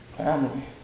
family